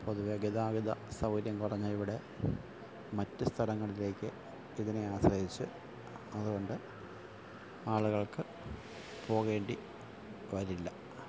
പൊതുവെ ഗതാഗത സൗകര്യം കുറഞ്ഞ ഇവിടെ മറ്റ് സ്ഥലങ്ങളിലേക്ക് ഇതിനെ ആശ്രയിച്ച് അതുകൊണ്ട് ആളുകൾക്ക് പോകേണ്ടി വരില്ല